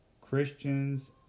Christians